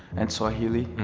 and swahili,